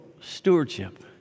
stewardship